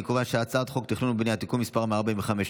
אני קובע שהצעת חוק התכנון והבנייה (תיקון מס' 145),